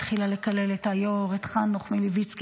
התחילה לקלל את היושב-ראש חנוך מלביצקי,